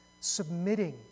submitting